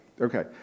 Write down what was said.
Okay